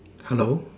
hello